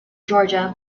georgia